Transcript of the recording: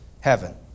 Heaven